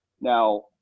Now